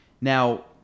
Now